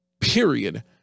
period